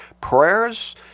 prayers